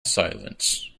silence